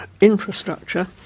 infrastructure